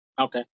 Okay